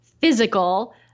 physical